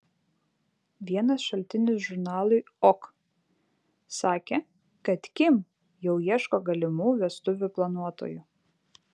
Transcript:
vienas šaltinis žurnalui ok sakė kad kim jau ieško galimų vestuvių planuotojų